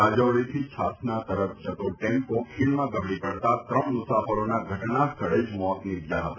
રાજારીથી છાસાના તરફ જતો ટેમ્પો ખીણમાં ગબડી પડતા ત્રણ મુસાફરોના ઘટના સ્થળે જ મોત નિપજ્યા હતા